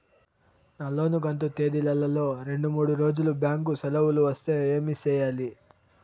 నా లోను కంతు తేదీల లో రెండు మూడు రోజులు బ్యాంకు సెలవులు వస్తే ఏమి సెయ్యాలి?